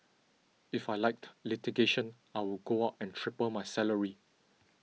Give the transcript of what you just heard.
if I liked litigation I would go out and triple my salary